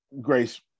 Grace